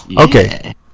Okay